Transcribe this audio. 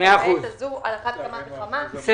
ובעת הזו על אחת כמה וכמה.